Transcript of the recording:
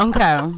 Okay